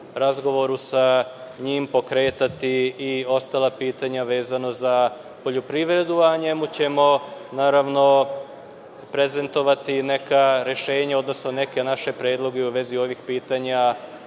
dogovoru sa njim pokretati i ostala pitanja vezana za poljoprivredu, a njemu ćemo prezentovati neka rešenja, odnosno naše predloge u vezi ovih pitanja